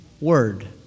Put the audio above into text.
word